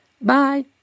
Bye